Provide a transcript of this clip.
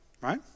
right